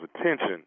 attention